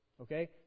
Okay